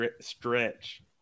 stretch